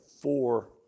four